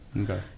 Okay